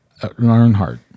Earnhardt